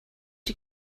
you